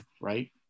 right